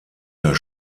der